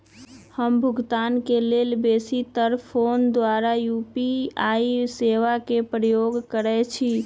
हम भुगतान के लेल बेशी तर् फोन द्वारा यू.पी.आई सेवा के प्रयोग करैछि